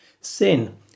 Sin